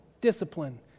discipline